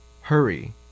Hurry